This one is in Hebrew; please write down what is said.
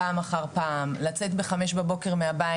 פעם אחר פעם לצאת בחמש בבוקר בבית,